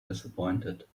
disappointed